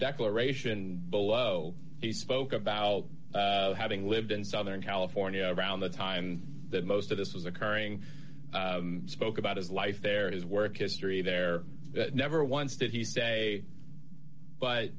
declaration below he spoke about having lived in southern california around the time that most of this was occurring spoke about his life there is work history there never once did he say but